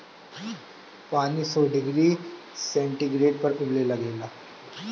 पानी सौ degree centigrade पर उबले लागेला